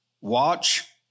Watch